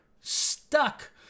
stuck